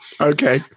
Okay